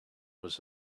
was